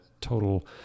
total